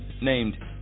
named